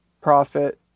profit